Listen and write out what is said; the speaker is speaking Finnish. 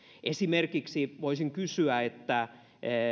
voisin kysyä esimerkiksi